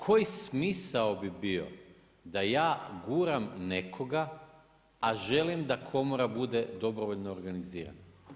Koji smisao bi bio da ja guram nekoga, a želim da komora bude dobrovoljno organizirana?